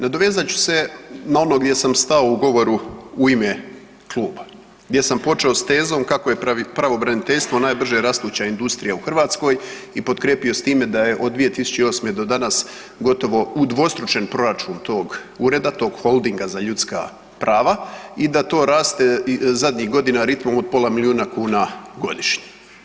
Nadovezat ću se na ono gdje sam stao u govoru u ime kluba, gdje sam počeo s tezom kako je pravobraniteljstvo najbrže rastuća industrija u Hrvatskoj i potkrijepio s time da je od 2008. do danas gotovo udvostručen proračun tog ureda, tog holdinga za ljudska prava i da to raste zadnjih godina ritmom od pola milijuna kuna godišnje.